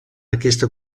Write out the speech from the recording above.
aquesta